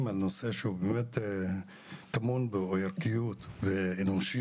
על נושא שהוא באמת טעון בערכיות ואנושיות,